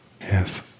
Yes